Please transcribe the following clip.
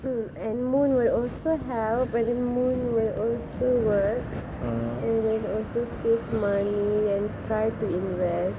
mm and moon will also help and the moon will also work and also save money and try to invest